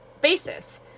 basis